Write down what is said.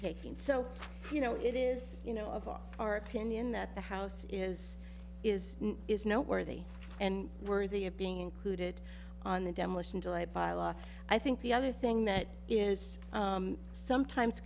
taking so you know it is you know of our opinion that the house is is is noteworthy and worthy of being included on the demolition july bylaw i think the other thing that is sometimes